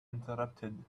interrupted